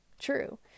True